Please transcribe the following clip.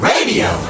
Radio